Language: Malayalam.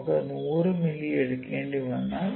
നമുക്ക് 100 മില്ലി എടുക്കേണ്ടിവന്നാൽ